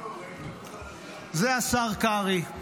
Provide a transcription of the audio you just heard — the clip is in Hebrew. זה השר קרעי,